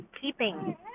keeping